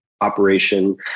operation